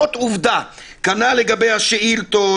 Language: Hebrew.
כנ"ל לגבי השאילתות,